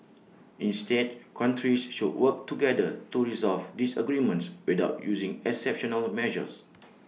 instead countries should work together to resolve disagreements without using exceptional measures